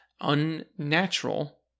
unnatural